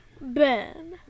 Ben